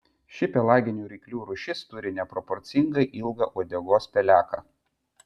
ši pelaginių ryklių rūšis turi neproporcingai ilgą uodegos peleką